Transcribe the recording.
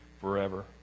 forever